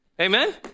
Amen